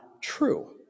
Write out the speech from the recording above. true